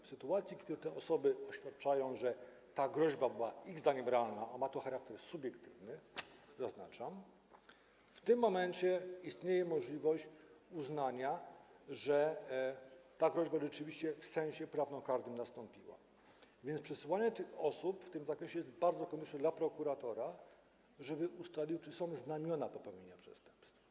W sytuacji gdy te osoby oświadczają, że ta groźba była ich zdaniem realna, a ma to charakter subiektywny, zaznaczam, w tym momencie istnieje możliwość uznania, że ta groźba rzeczywiście w sensie prawnokarnym nastąpiła, a więc przesłuchanie tych osób w tym zakresie jest konieczne, żeby prokurator ustalił, czy są znamiona popełnienia przestępstwa.